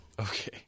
Okay